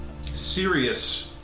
serious